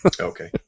okay